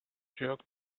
jerk